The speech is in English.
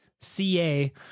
CA